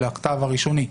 של הכתב הראשוני.